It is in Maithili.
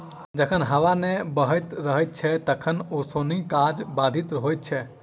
जखन हबा नै बहैत रहैत छै तखन ओसौनी काज बाधित होइत छै